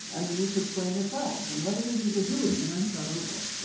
and you need to explain yourselves and what it is that you're doing. and i thought, oh, boy.